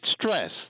stress